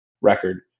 record